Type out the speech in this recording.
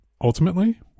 Ultimately